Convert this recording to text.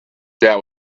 that